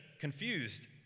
confused